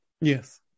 Yes